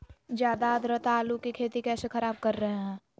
ज्यादा आद्रता आलू की खेती कैसे खराब कर रहे हैं?